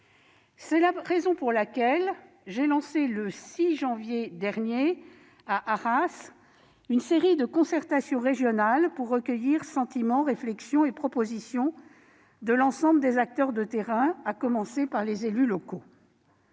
C'est la raison pour laquelle j'ai lancé, le 6 janvier dernier, à Arras, une série de concertations régionales pour recueillir sentiments, réflexions et propositions de l'ensemble des acteurs de terrain, à commencer par les élus locaux.